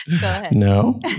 No